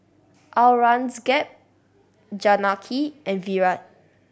Aurangzeb Janaki and Virat